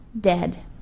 dead